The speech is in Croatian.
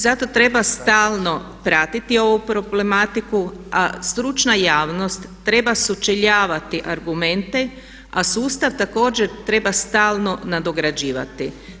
Zato treba stalno pratiti ovu problematiku, a stručna javnost treba sučeljavati argumente a sustav također treba stalno nadograđivati.